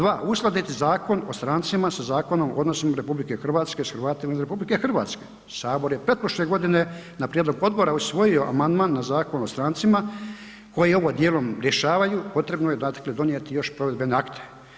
Dva, uskladiti Zakon o strancima sa Zakonom o odnosima RH s Hrvatima iz RH, sabor je pretprošle godine na prijedlog odbora usvojio amandman na Zakon o strancima koji je ovo dijelom rješavaju, potrebno je dakle donijeti još provedbene akte.